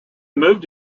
moved